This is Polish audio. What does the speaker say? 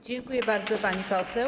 Dziękuję bardzo, pani poseł.